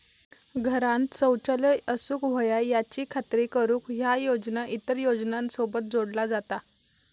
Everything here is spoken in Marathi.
घरांत शौचालय असूक व्हया याची खात्री करुक ह्या योजना इतर योजनांसोबत जोडला जाता